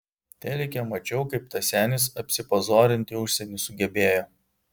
telike mačiau kaip tas senis apsipazorinti užsieny sugebėjo